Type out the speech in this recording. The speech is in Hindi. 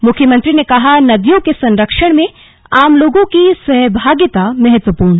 मुख्यमंत्री ने कहा नदियों के संरक्षण में आम लोगों की सहभागिता महत्वपूर्ण